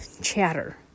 chatter